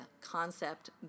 concept